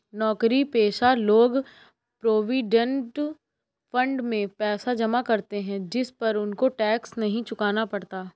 नौकरीपेशा लोग provident fund में पैसा जमा करते है जिस पर उनको टैक्स नहीं चुकाना पड़ता